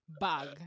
bag